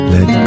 Let